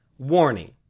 Warning